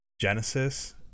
Genesis